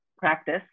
practice